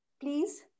please